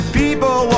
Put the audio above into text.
people